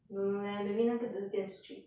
don't know leh maybe 那个只是电视剧